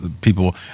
people